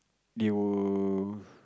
you